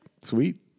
Sweet